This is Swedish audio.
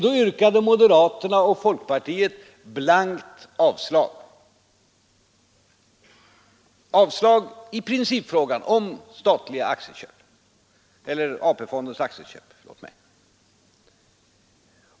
Då yrkade moderaterna och folkpartiet blankt avslag i principfrågan om AP-fondens aktieköp.